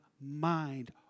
mind